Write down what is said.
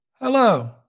Hello